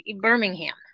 Birmingham